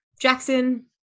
Jackson